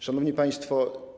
Szanowni Państwo!